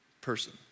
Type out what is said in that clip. person